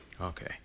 Okay